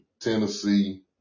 Tennessee